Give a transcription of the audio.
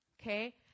okay